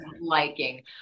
liking